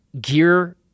gear